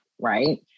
right